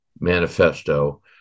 Manifesto